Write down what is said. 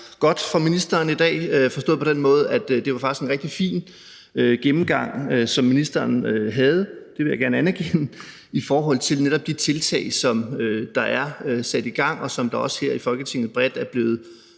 godt for ministeren i dag, forstået på den måde, at det faktisk var en rigtig fin gennemgang, som ministeren havde – det vil jeg gerne anerkende – i forhold til netop de tiltag, som er sat i gang, og som også er blevet bredt aftalt